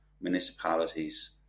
municipalities